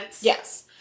Yes